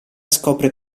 scopre